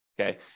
okay